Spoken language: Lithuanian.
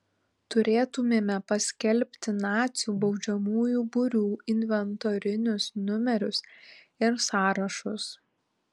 turėtumėme paskelbti nacių baudžiamųjų būrių inventorinius numerius ir sąrašus